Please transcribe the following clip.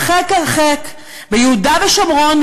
הרחק הרחק ביהודה ושומרון,